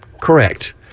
Correct